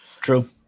True